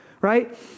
right